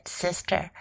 sister